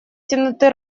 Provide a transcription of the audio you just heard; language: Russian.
темноты